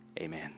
Amen